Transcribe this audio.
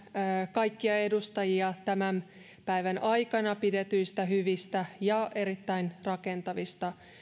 kaikkia edustajia tämän päivän aikana pidetyistä hyvistä ja erittäin rakentavista